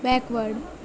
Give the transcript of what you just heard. backward